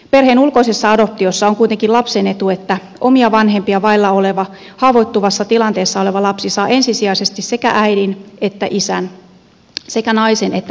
perheen ulkoisessa adoptiossa on kuitenkin lapsen etu että omia vanhempia vailla oleva haavoittuvassa tilanteessa oleva lapsi saa ensisijaisesti sekä äidin että isän sekä naisen että miehen mallin